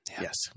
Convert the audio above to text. Yes